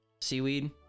Seaweed